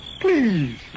Please